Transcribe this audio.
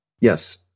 Yes